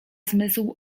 zmysł